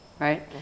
right